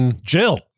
jill